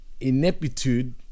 ineptitude